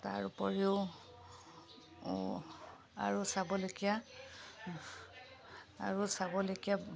তাৰ উপৰিও আৰু চাবলগীয়া আৰু চাবলগীয়া